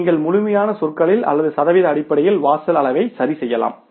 நீங்கள் முழுமையான சொற்களில் அல்லது சதவீத அடிப்படையில் வாசல் அளவை சரிசெய்யலாம்